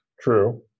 True